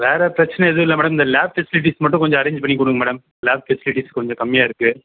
வேறு பிரச்சனை எதுவும் இல்லை மேடம் இந்த லேப் ஃபெசிலிட்டிஸ் மட்டும் கொஞ்சம் அரேஞ்ச் பண்ணி கொடுங்க மேடம் லேப் ஃபெசிலிட்டிஸ் கொஞ்சம் கம்மியாக இருக்குது